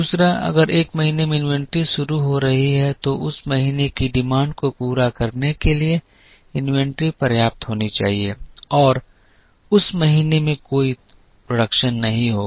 दूसरा अगर एक महीने में इन्वेंट्री शुरू हो रही है तो उस महीने की मांग को पूरा करने के लिए इन्वेंट्री पर्याप्त होनी चाहिए और उस महीने में कोई उत्पादन नहीं होगा